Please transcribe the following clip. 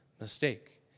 mistake